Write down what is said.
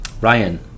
Ryan